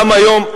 גם היום,